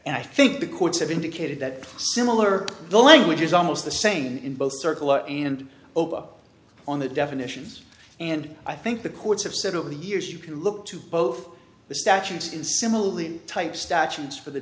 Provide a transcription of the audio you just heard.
and i think because they've indicated that similar the language is almost the same in both circle and obama on the definitions and i think the courts have said over the years you can look to both the statutes and similarly type statutes for the